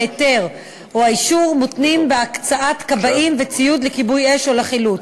ההיתר או האישור מותנים בהקצאת כבאים וציוד לכיבוי אש או לחילוץ.